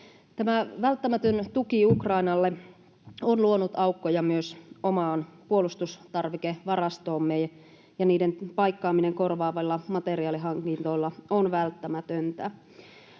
Tämä välttämätön tuki Ukrainalle on luonut aukkoja myös omaan puolustustarvikevarastoomme, ja paikkaaminen korvaavilla materiaalihankinnoilla on välttämätöntä.